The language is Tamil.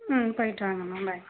ம் போயிவிட்டு வாங்கம்மா பாய்